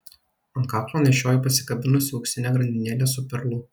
ant kaklo nešiojo pasikabinusi auksinę grandinėlę su perlu